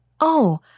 Oh